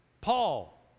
Paul